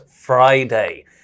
friday